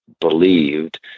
believed